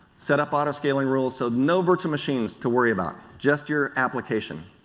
set up auto scaling rules, so no virtual machines to worry about, just your application,